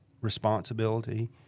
responsibility